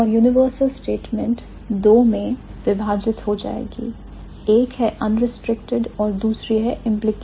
और universal statement दो मैं विभाजित हो जाएगी एक है unristricted और दूसरी है implicational